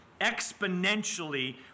exponentially